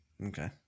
Okay